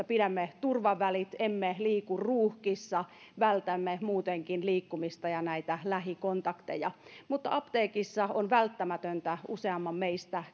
pidämme turvavälit emme liiku ruuhkissa vältämme muutenkin liikkumista ja lähikontakteja mutta apteekissa on välttämätöntä useamman meistä